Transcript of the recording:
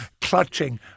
clutching